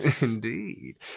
indeed